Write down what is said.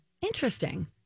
Interesting